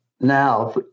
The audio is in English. now